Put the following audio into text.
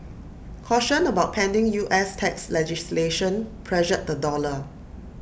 caution about pending U S tax legislation pressured the dollar